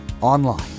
online